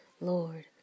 Lord